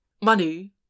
Money